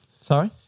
Sorry